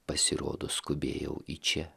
pasirodo skubėjau į čia